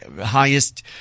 highest